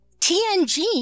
TNG